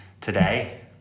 today